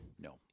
No